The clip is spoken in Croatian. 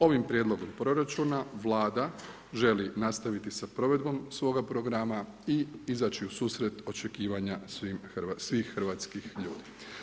Ovim prijedlogom proračuna Vlada želi nastaviti sa provedbom svoga programa i izaći u susret očekivanja svih hrvatskih ljudi.